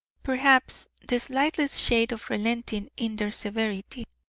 perhaps, the slightest shade of relenting in their severity.